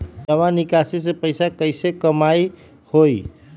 जमा निकासी से पैसा कईसे कमाई होई?